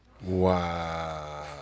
Wow